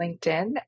LinkedIn